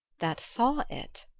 that saw it?